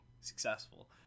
successful